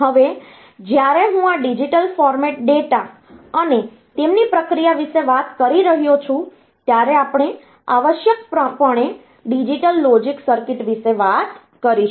હવે જ્યારે હું આ ડિજિટલ ફોર્મેટ ડેટા અને તેમની પ્રક્રિયા વિશે વાત કરી રહ્યો છું ત્યારે આપણે આવશ્યકપણે ડિજિટલ લોજિક સર્કિટ વિશે વાત કરીશું